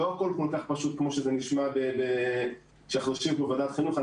לא הכול כל כך פשוט כמו שזה נשמע כשאנחנו יושבים בוועדת חינוך.